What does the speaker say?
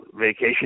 vacation